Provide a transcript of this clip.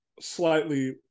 slightly